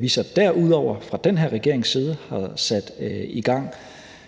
vi så derudover fra den her regerings side har sat i gang,